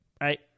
right